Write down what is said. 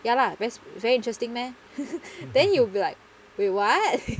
ya lah very very interesting meh then you'll be like wait what